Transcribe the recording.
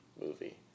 movie